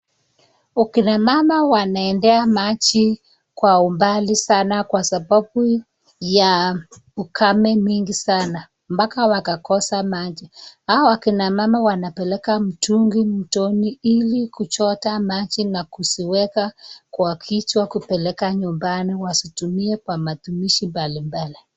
Akina mama wanaendea maji kwa umbali sana kwa sababu ya ukame mingi sana, mpaka wakakosa maji. Hawa akina mama wanapeleka mtungi mtoni ili kuchota maji na kuziweka kwa kichwa kupeleka nyumbani wazitumie kwa matumizi mbalimbali.